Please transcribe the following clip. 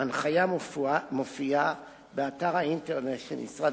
ההנחיה מופיעה באתר האינטרנט של משרד